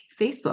Facebook